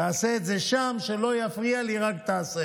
תעשה את זה שם, שלא יפריע לי, רק תעשה.